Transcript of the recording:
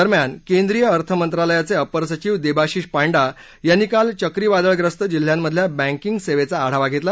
दरम्यान केंद्रीय अर्थमंत्रालयाचे अपर सचिव देवाशिष पांडा यांनी काल चक्रीवादळग्रस्त जिल्ह्यांमधल्या बँकिंग सेवेचा आढावा धेतला